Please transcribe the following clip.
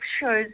shows